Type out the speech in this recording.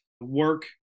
work